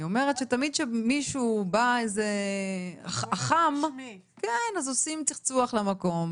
אני אומרת שתמיד כשבא אח"מ, אז עושים צחצוח למקום.